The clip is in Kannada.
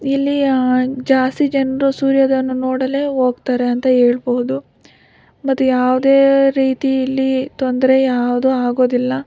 ಇಲ್ಲಿಯ ಜಾಸ್ತಿ ಜನರು ಸೂರ್ಯೋದಯವನ್ನು ನೋಡಲೇ ಹೋಗ್ತಾರೆ ಅಂತ ಹೇಳ್ಬೋದು ಮತ್ತು ಯಾವುದೇ ರೀತಿ ಇಲ್ಲಿ ತೊಂದರೆ ಯಾವುದೂ ಆಗೋದಿಲ್ಲ